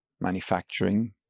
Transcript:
manufacturing